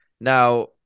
Now